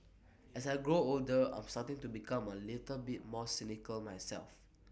as I grow older I'm starting to become A little bit more cynical myself